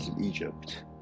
Egypt